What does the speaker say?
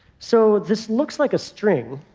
so this looks like a string,